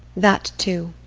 that too.